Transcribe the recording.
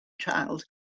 child